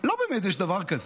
לא באמת יש דבר כזה.